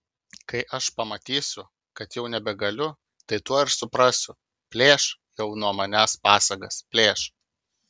kai aš pamatysiu kad jau nebegaliu tai tuoj ir suprasiu plėš jau nuo manęs pasagas plėš